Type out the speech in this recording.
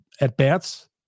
at-bats